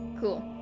cool